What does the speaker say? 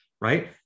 right